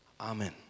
Amen